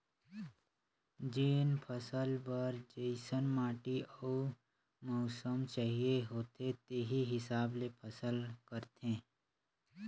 जेन फसल बर जइसन माटी अउ मउसम चाहिए होथे तेही हिसाब ले फसल करथे